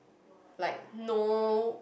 like no